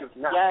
Yes